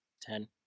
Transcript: Ten